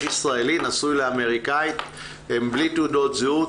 יש ישראלי הנשוי לאמריקאית, הם בלי תעודות זהות.